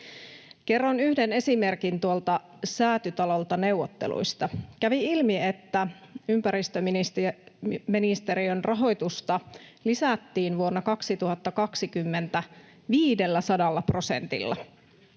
Kerron yhden esimerkin tuolta Säätytalolta neuvotteluista. Kävi ilmi, että ympäristöministeriön rahoitusta lisättiin 500 prosentilla